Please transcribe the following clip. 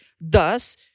Thus